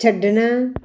ਛੱਡਣਾ